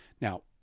Now